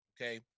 okay